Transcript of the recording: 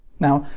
now,